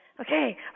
Okay